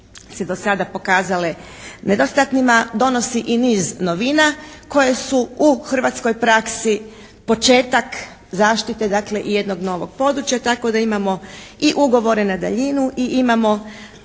se do sada pokazale nedostatnima donosi i niz novina koje su u hrvatskoj praksi početak zaštite dakle jednog novog područja tako da imamo i ugovore na daljinu i